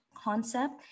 concept